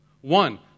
One